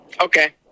Okay